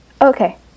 okay